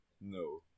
no